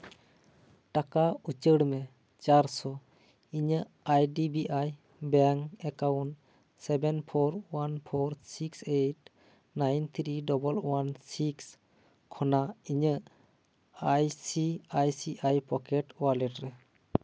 ᱴᱟᱠᱟ ᱩᱪᱟᱹᱲ ᱢᱮ ᱪᱟᱨᱥᱚ ᱤᱧᱟᱹᱜ I D B I bank account seven four one four six eight nine three double one six ᱠᱷᱚᱱᱟᱜ ᱤᱧᱟᱹᱜ I C I C I pocket wallet ᱨᱮ